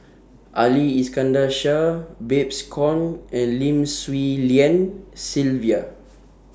Ali Iskandar Shah Babes Conde and Lim Swee Lian Sylvia